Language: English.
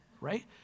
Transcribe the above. right